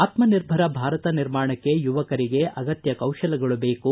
ಆತ್ಮನಿರ್ಭರ ಭಾರತ ನಿರ್ಮಾಣಕ್ಕೆ ಯುವಕರಿಗೆ ಅಗತ್ತ ಕೌಶಲ್ತಗಳು ಬೇಕು